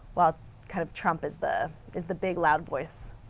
while kind of trump is the is the big loud voice.